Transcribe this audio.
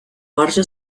marge